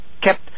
kept